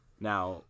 Now